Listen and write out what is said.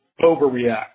overreact